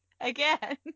again